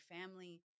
family